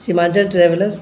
Seemanchal traveller